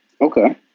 Okay